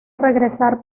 regresar